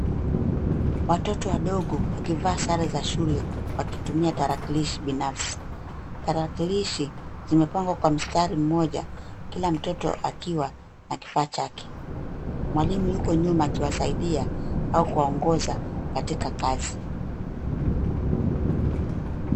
Watoto wadogo wakivaa sare za shule wakitumia tarakilishi binafsi. Tarakilishi zimepangwa kwa mstari mmoja kila mtoto akiwa na kifaa chake. Mwalimu yuko nyuma akiwasaidia au kuwaongoza katika kazi.